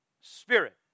Spirit